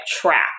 trap